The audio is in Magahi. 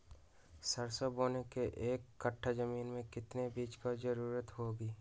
सरसो बोने के एक कट्ठा जमीन में कितने बीज की जरूरत होंगी?